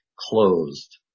Closed